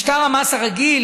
משטר המס הרגיל,